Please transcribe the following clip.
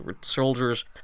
soldiers